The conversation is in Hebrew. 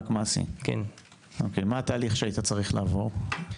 תאר לנו את התהליך שהיית צריך לעבור.